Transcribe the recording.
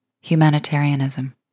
humanitarianism